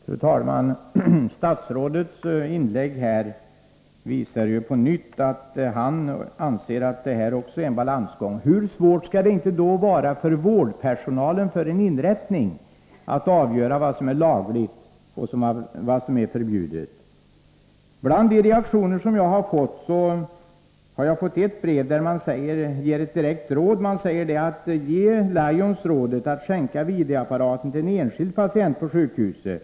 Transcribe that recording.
Fru talman! Statsrådets inlägg visar på nytt att också han anser att det är fråga om en balansgång. Hur svårt skall det inte då vara för vårdpersonalen vid en inrättning att avgöra vad som är lagligt och vad som är förbjudet? Bland de reaktioner jag har fått har jag fått ett brev med ett direkt tips: Ge Lions rådet att skänka videoapparaten till en enskild patient på sjukhuset.